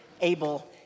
able